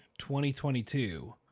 2022